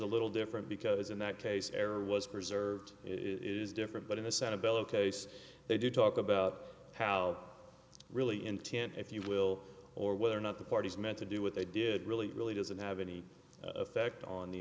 a little different because in that case error was preserved is different but in the sanibel case they did talk about how really intent if you will or whether or not the parties meant to do what they did really really doesn't have any effect on the